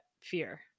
fear